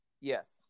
Yes